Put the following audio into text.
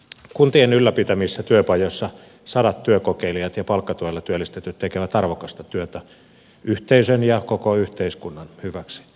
kuntien ylläpitämissä työpajoissa sadat työkokeilijat ja palkkatuella työllistetyt tekevät arvokasta työtä yhteisön ja koko yhteiskunnan hyväksi